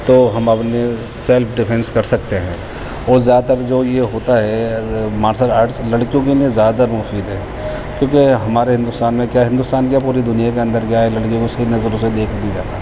تو ہم اپنے سیلف ڈیفینس کر سکتے ہیں اور زیادہ تر جو یہ ہوتا ہے مارشل آرٹ لڑکیوں کے لیے زیادہ مفید ہے کیوںکہ ہمارے ہندوستان میں کیا ہندوستان کیا پوری دنیا کے اندر کیا ہے لڑکیوں کو صحیح نظروں سے دیکھا نہیں جاتا